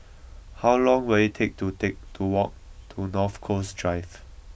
how long will it take to take to walk to North Coast Drive